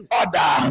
order